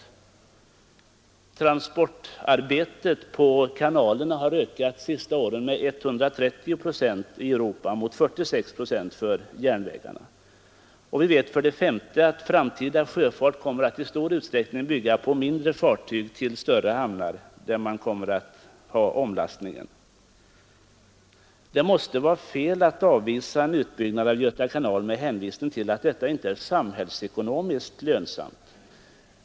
Vidare har transportarbetet på kanalerna i Europa under de senaste åren ökat med 130 procent mot 46 procent för järnvägarna. För det femte vet vi att framtida sjöfart i stor utsträckning kommer att bygga på mindre fartyg till större hamnar, där omlastning sker. Det måste vara fel att avvisa en utbyggnad av Göta kanal med hänvisning till att detta inte är samhällsekonomiskt lönsamt.